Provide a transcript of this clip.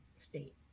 State